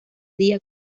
día